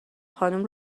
خانوم